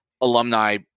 alumni